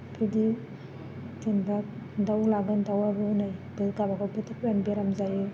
बिदि जेनबा दाउ लागोन दाउआबो नै गावबा गाव डिफारेन्ट बेराम जायो